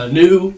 new